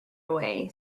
away